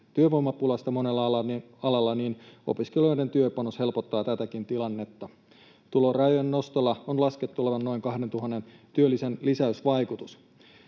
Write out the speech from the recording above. työvoimapulasta monella alalla, opiskelijoiden työpanos helpottaa tätäkin tilannetta. Tulorajojen nostolla on laskettu olevan noin 2 000 työllisen lisäysvaikutus.